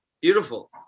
Beautiful